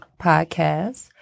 podcast